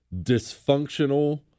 dysfunctional